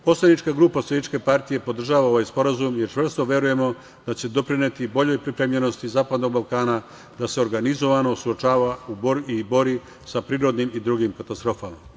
Poslanička grupa SPS podržava ovaj sporazum, jer čvrsto verujemo da će doprineti boljoj pripremljenosti Zapadnog Balkana da se organizovano suočava i bori sa prirodnim i drugim katastrofama.